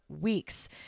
weeks